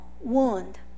wound